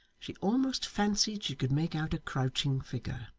she almost fancied she could make out a crouching figure.